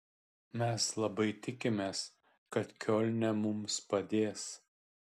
mes labai tikimės kad kiolne mums padės